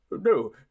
No